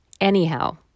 anyhow